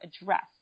address